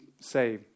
say